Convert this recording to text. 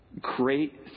great